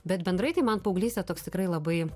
bet bendrai tai man paauglystė toks tikrai labai